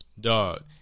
Dog